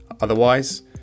otherwise